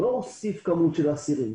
זה לא הוסיף כמות של אסירים.